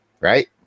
Right